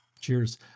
Cheers